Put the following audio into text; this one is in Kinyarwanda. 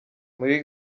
muri